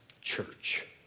church